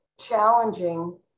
challenging